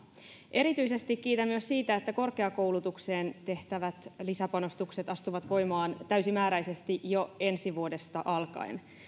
erityisesti kiitän siitä että korkeakoulutukseen tehtävät lisäpanostukset astuvat voimaan täysimääräisesti jo ensi vuodesta alkaen